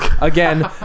again